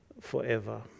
forever